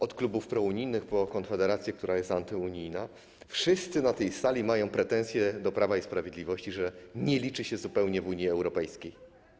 Od klubów prounijnych po Konfederację, która jest antyunijna, wszyscy na tej sali mają pretensje do Prawa i Sprawiedliwości, że nie liczy się zupełnie w Unii Europejskiej.